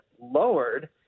lowered